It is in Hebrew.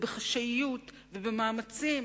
ובחשאיות ובמאמצים.